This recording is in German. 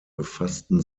befassten